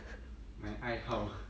my 爱好